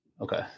Okay